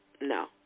No